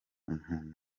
umuntu